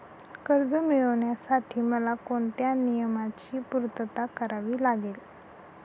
कर्ज मिळविण्यासाठी मला कोणत्या नियमांची पूर्तता करावी लागेल?